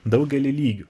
daugely lygių